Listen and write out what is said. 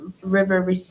river